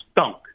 stunk